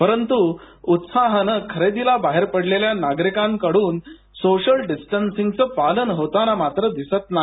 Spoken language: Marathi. परंतूउत्साहानं खरेदीला बाहेर पडलेल्या नागरिकांकडून सोशल डिस्टन्सिंगच पालन होताना मात्र दिसत नाही